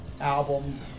albums